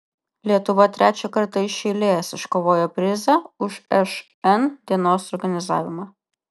lietuva trečią kartą iš eilės iškovojo prizą už šn dienos organizavimą